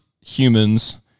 humans